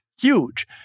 huge